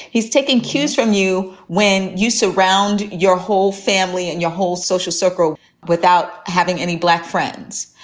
he's taking cues from you when you surround your whole family and your whole social circle without having any black friends,